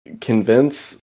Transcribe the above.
convince